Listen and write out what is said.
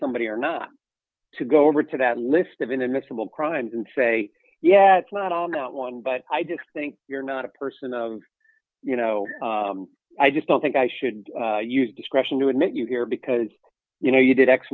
somebody or not to go over to that list of inadmissible crimes and say yeah it's not on that one but i just think you're not a person you know i just don't think i should use discretion to admit you here because you know you did x